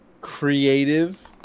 creative